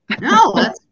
No